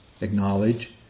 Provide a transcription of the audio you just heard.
acknowledge